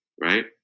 right